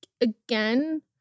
again